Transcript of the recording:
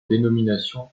dénomination